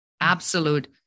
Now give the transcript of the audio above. absolute